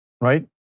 right